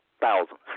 thousands